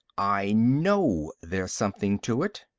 i know there's something to it.